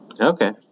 Okay